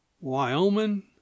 Wyoming